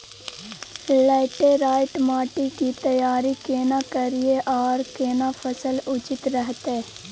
Laterite माटी की तैयारी केना करिए आर केना फसल उचित रहते?